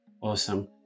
Awesome